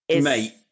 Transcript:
Mate